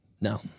No